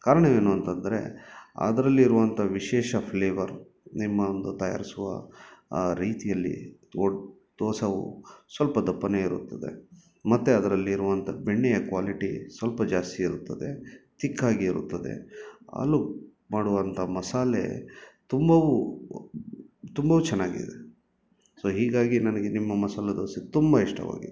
ಕಾರಣವೇನು ಅಂತಂದರೆ ಅದ್ರಲ್ಲಿರುವಂಥ ವಿಶೇಷ ಫ್ಲೇವರ್ ನಿಮ್ಮ ಒಂದು ತಯಾರಿಸುವ ರೀತಿಯಲ್ಲಿ ಒಟ್ಟು ದೋಸೆಯು ಸ್ವಲ್ಪ ದಪ್ಪವೇ ಇರುತ್ತದೆ ಮತ್ತು ಅದರಲ್ಲಿರುವಂಥ ಬೆಣ್ಣೆಯ ಕ್ವಾಲಿಟಿ ಸ್ವಲ್ಪ ಜಾಸ್ತಿ ಇರುತ್ತದೆ ತಿಕ್ಕಾಗೆ ಇರುತ್ತದೆ ಆಲುಗೆ ಮಾಡುವಂಥ ಮಸಾಲೆ ತುಂಬವೂ ತುಂಬವು ಚೆನ್ನಾಗಿದೆ ಸೊ ಹೀಗಾಗಿ ನನಗೆ ನಿಮ್ಮ ಮಸಾಲ ದೋಸೆ ತುಂಬ ಇಷ್ಟವಾಗಿದೆ